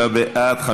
עאידה טובה סלימאן,